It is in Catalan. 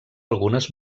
algunes